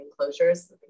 enclosures